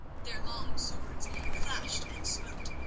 their long swords flashed and smote,